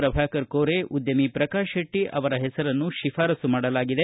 ಪ್ರಭಾಕರ ಕೋರೆ ಉದ್ದಮಿ ಪ್ರಕಾಶ ಶೆಟ್ಟ ಅವರ ಹೆಸರನ್ನು ಶಿಫಾರಸ್ತು ಮಾಡಲಾಗಿದೆ